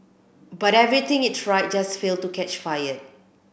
but everything it tried just failed to catch fire